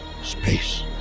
space